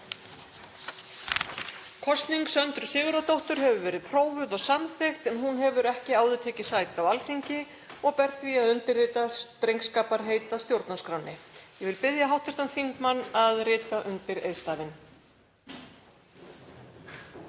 Kosning Söndru Sigurðardóttur hefur verið prófuð og samþykkt en hún hefur ekki áður tekið sæti á Alþingi og ber því að undirskrifa drengskaparheit að stjórnarskránni. Ég vil biðja hv. þingmann að rita undir eiðstafinn.